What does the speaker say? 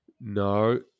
No